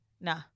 Nah